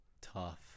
tough